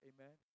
Amen